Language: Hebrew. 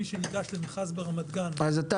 מי שניגש למכרז ברמת-גן --- אז אתה